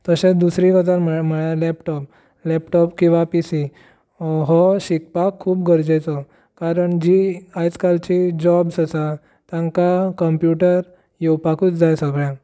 तशेंच दुसरी गजाल म्हळ्यार लॅपटाॅप लॅपटाॅप किंवा पिसी हो शिकपाक खूब गरजेचो कारण जीं आयज कालचीं जीं जाॅब्स आसात तांकां कंप्यूटर येवपाकूच जाय सगळ्यांक